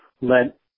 let –